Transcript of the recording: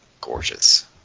gorgeous